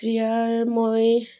ক্ৰীড়াৰ মই